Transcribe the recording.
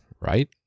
right